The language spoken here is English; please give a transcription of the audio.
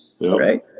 right